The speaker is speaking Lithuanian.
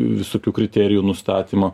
visokių kriterijų nustatymo